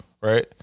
right